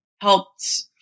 helped